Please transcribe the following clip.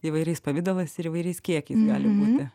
įvairiais pavidalais ir įvairiais kiekiais gali būti